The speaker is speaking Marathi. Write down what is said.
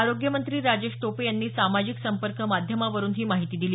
आरोग्यमंत्री राजेश टोपे यांनी सामाजिक संपर्क माध्यमावरून ही माहिती दिली